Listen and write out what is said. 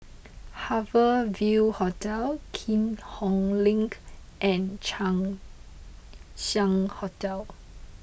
Harbour Ville Hotel Keat Hong Link and Chang Ziang Hotel